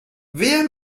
wer